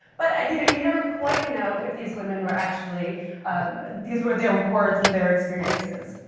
but you know you never quite know if these women were actually these were their words and their experiences.